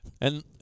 And-